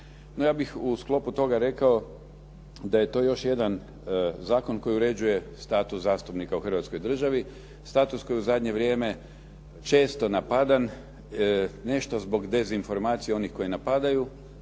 ja bih u sklopu toga rekao da je to još jedan zakon koji uređuje status zastupnika u Hrvatskoj državi, status koji u zadnje vrijeme često napadan nešto zbog dezinformacija onih koji napadaju,